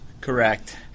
Correct